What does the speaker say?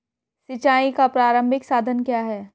सिंचाई का प्रारंभिक साधन क्या है?